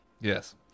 Yes